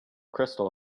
crystal